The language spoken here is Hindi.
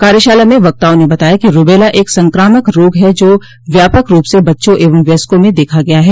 कार्यशाला में वक्ताओं ने बताया कि रूबेला एक संक्रामक रोग है जो व्यापक रूप से बच्चों एवं व्यस्को में देखा गया है